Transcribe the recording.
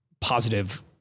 positive